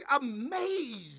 amazed